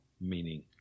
meaning